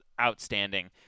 outstanding